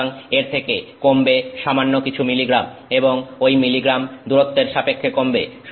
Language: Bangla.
সুতরাং এর থেকে কমবে সামান্য কিছু মিলিগ্রাম এবং ওই মিলিগ্রাম দূরত্বের সাপেক্ষে কমবে